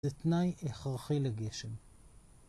זה תנאי הכרחי לגשם